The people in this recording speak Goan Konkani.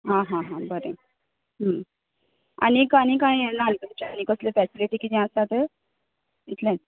आ हा हा बरें आनी आनीक काय ये ना न्ही तुमचे कसलें फेसिलीटिज किदें आसात इतलेंच